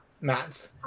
matt